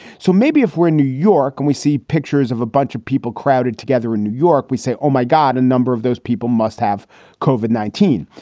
so maybe if we're in new york and we see pictures of a bunch of people crowded together in new york, we say, oh, my god, a number of those people must have cauvin nineteen.